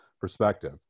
perspective